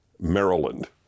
Maryland